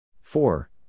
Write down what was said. Four